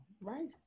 Right